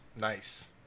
Nice